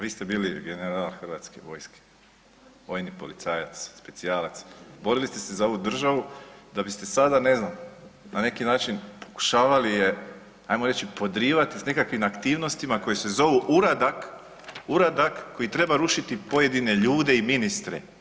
Vi ste bili general Hrvatske vojske, vojni policajac, specijalac, borili ste se za ovu državu da biste sada na neki način pokušavali je hajmo reći podrivati sa nekakvim aktivnostima koje se zovu uradak, uradak koji treba rušiti pojedine ljude i ministre.